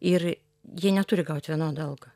ir jie neturi gaut vienodą algą